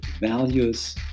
values